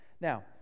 Now